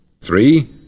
Three